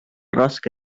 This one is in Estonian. raske